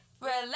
relax